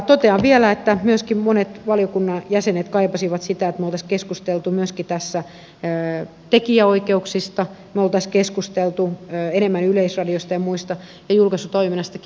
totean vielä että myöskin monet valiokunnan jäsenet kaipasivat sitä että me olisimme keskustelleet myöskin tässä tekijänoikeuksista me olisimme keskustelleet enemmän yleisradiosta ja muista ja julkaisutoiminnastakin